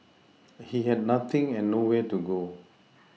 he had nothing and nowhere to go